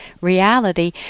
reality